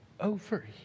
over